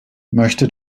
möchte